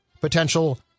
potential